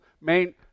main